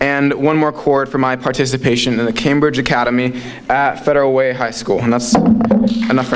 and one more court for my participation in the cambridge academy that federal way high school and that's enough